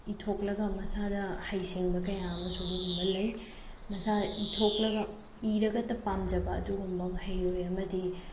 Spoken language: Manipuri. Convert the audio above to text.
ꯏꯊꯣꯛꯂꯒ ꯃꯁꯥꯗ ꯍꯩ ꯁꯤꯡꯕ ꯀꯌꯥ ꯑꯃꯁꯨ ꯑꯗꯨꯒꯨꯝꯕ ꯂꯩ ꯃꯁꯥ ꯏꯊꯣꯛꯂꯒ ꯏꯔꯒꯇ ꯄꯥꯝꯖꯕ ꯑꯗꯨꯒꯨꯝꯕ ꯃꯍꯩꯔꯣꯏ ꯑꯃꯗꯤ